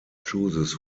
chooses